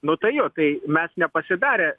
nu tai jo tai mes nepasidarę